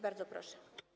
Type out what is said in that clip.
Bardzo proszę.